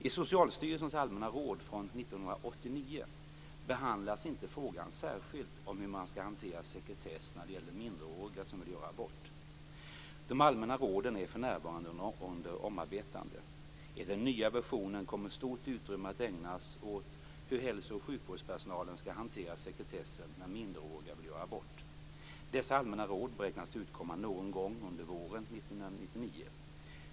I Socialstyrelsen allmänna råd från 1989 behandlas inte frågan särskilt om hur man skall hantera sekretess när det gäller minderåriga som vill göra abort. De allmänna råden är för närvarande under omarbetande. I den nya versionen kommer stort utrymme att ägnas åt hur hälso och sjukvårdspersonalen skall hantera sekretessen när minderåriga vill göra abort. Dessa allmänna råd beräknas utkomma någon gång under våren 1999.